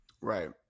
right